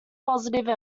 positive